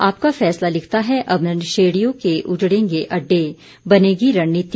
आपका फैसला लिखता है अब नशेड़ियों के उजड़ेंगे अड्डे बनेगी रणनीति